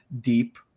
deep